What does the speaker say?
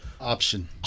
Option